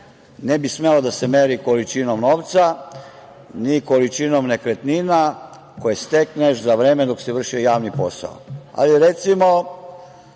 ne bi smeo da se meri količinom novca, ni količinom nekretnina koje stekneš za vreme dok si vršio javni posao. Hajde, recimo,